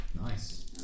Nice